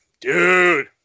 Dude